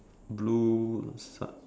blue sa~